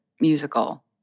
musical